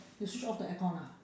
you switch off the aircon ah